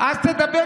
אני שתקתי?